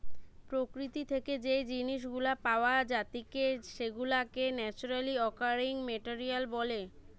প্রকৃতি থেকে যেই জিনিস গুলা পাওয়া জাতিকে সেগুলাকে ন্যাচারালি অকারিং মেটেরিয়াল বলে